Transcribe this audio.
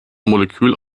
molekül